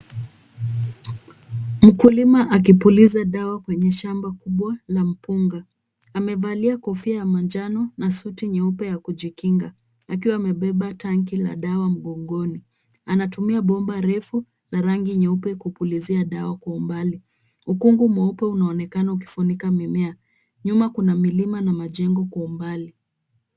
Mkulima akipuliza dawa kwenye shamba kubwa la mpunga. Amevalia kofia ya manjano na suti nyeupe ya kujikinga, akiwa amebeba tanki la dawa mgongoni. Anatumia bomba refu la rangi nyeupe kupulizia dawa kwa umbali. Ukungu mweupe unaonekana ukifunika mimea. Nyuma kuna milima na majengo kwa umbali.